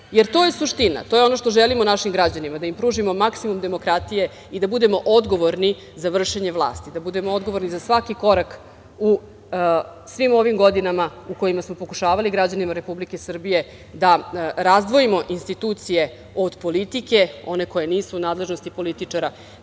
Jer to je suština, to je ono što želimo našim građanima, da im pružimo maksimum demokratije i da budemo odgovorni za vršenje vlasti, da budemo odgovorni za svaki korak u svim ovim godinama u kojima smo pokušavali građanima Republike Srbije da razdvojimo institucije od politike, one koje nisu u nadležnosti političara,